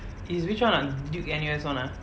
is which one duke N_U_S one ah